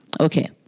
Okay